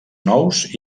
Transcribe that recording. nous